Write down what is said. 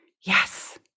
Yes